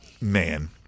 Man